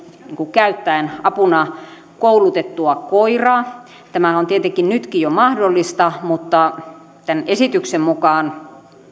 käyttäen apuna koulutettua koiraa tämähän on tietenkin nytkin jo mahdollista mutta tämän esityksen mukaan